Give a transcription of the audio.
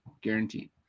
guaranteed